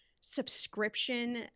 subscription